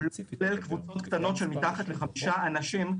שלא קיבל קבוצות קטנות של פחות מחמישה אנשים.